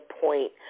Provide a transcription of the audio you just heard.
point